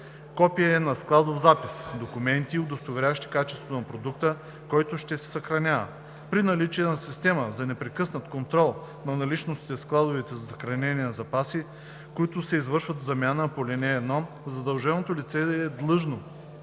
копие на складов запис, документи, удостоверяващи качеството на продукта, който ще се съхранява. При наличие на система за непрекъснат контрол на наличностите в складовете за съхранение на запаси, в които се извършва замяната по ал. 1, задълженото лице е длъжно